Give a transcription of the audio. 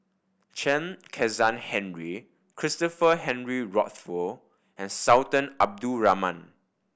Chen Kezhan Henri Christopher Henry Rothwell and Sultan Abdul Rahman